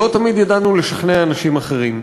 אבל לא תמיד ידענו לשכנע אנשים אחרים.